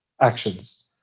actions